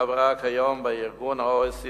החברה כיום ב-OECD,